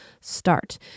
start